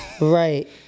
Right